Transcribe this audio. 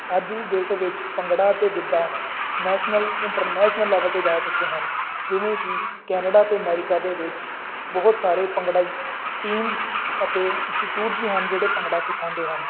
ਅੱਜ ਦੀ ਡੇਟ ਵਿੱਚ ਭੰਗੜਾ ਅਤੇ ਗਿੱਧਾ ਨੈਸ਼ਨਲ ਇੰਟਰਨੈਸ਼ਨਲ ਲੈਵਲ 'ਤੇ ਜਾ ਚੁੱਕੇ ਹਨ ਜਿਵੇਂ ਕਿ ਕੈਨੇਡਾ ਅਤੇ ਅਮੈਰੀਕਾ ਦੇ ਵਿੱਚ ਬਹੁਤ ਸਾਰੇ ਭੰਗੜਾ ਟੀਮਜ ਅਤੇ ਇੰਸਟੀਟਿਊਟਸ ਵੀ ਹਨ ਜਿਹੜੇ ਭੰਗੜਾ ਸਿਖਾਉਂਦੇ ਹਨ